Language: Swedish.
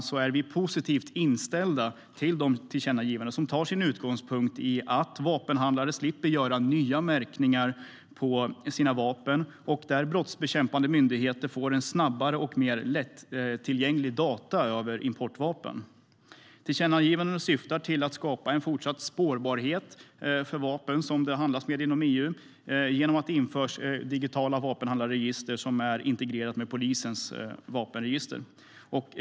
Därför är vi positivt inställda till de tillkännagivanden som tar sin utgångspunkt i att vapenhandlare slipper göra nya märkningar på sina vapen och att brottsbekämpande myndigheter får snabbare och mer lättillgängliga data över importvapen. Tillkännagivandena syftar till att skapa en fortsatt spårbarhet för vapen som det handlas med inom EU genom att det införs ett digitalt vapenhandlarregister som är integrerat med polisens vapenregister.